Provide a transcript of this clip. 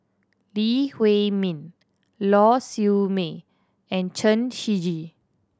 Lee Huei Min Lau Siew Mei and Chen Shiji